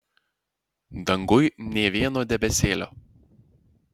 danguj nė vieno debesėlio